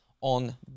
on